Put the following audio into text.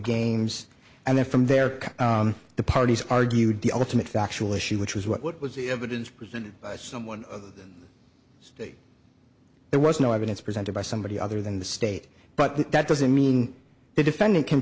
games and then from there the parties argued the ultimate factual issue which was what was the evidence presented by someone other than that there was no evidence presented by somebody other than the state but that doesn't mean the defendant can